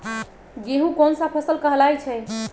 गेहूँ कोन सा फसल कहलाई छई?